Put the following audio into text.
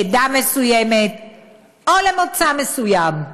לעדה מסוימת או למוצא מסוים.